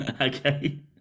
Okay